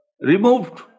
removed